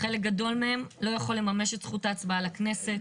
חלק גדול מהם לא יכול לממש את זכות ההצבעה לכנסת.